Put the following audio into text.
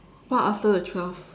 what after the twelve